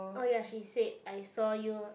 oh ya she said I saw you